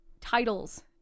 titles